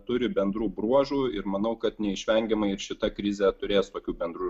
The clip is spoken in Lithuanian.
turi bendrų bruožų ir manau kad neišvengiamai ir šita krizė turės tokių bendrų